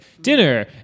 dinner